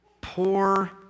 poor